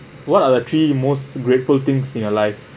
what are the three most grateful things in your life